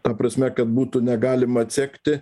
ta prasme kad būtų negalima atsekti